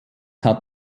hat